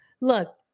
Look